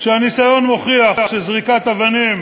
כשהניסיון מוכיח שזריקת אבנים